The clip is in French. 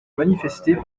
manifestée